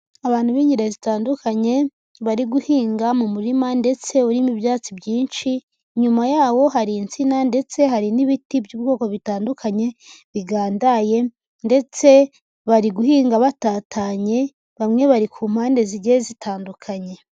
Abantu b'ingeri zitandukanye bari guhinga mu murima ndetse urimo ibyatsi byinshi, inyuma yawo hari insina ndetse hari n'ibiti by'ubwoko butandukanye bigandaye ndetse bari guhinga batatanye, bamwe bari ku mpande zigiye zitandukanye.